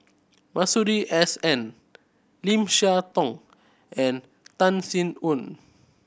Masuri S N Lim Siah Tong and Tan Sin Aun